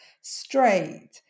straight